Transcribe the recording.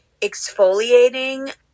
exfoliating